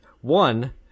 One